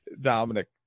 Dominic